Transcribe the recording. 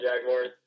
Jaguars